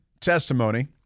testimony